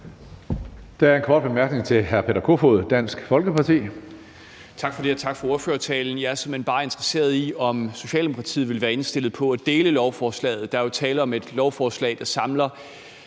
Der er en kort bemærkning til hr. Peter Kofod, Dansk Folkeparti. Kl. 17:03 Peter Kofod (DF): Tak for det, og tak for ordførertalen. Jeg er såmænd bare interesseret i at høre, om Socialdemokratiet vil være indstillet på at dele lovforslaget. Der er jo tale om et lovforslag, der samler